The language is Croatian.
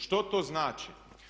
Što to znači?